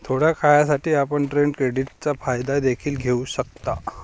थोड्या काळासाठी, आपण ट्रेड क्रेडिटचा फायदा देखील घेऊ शकता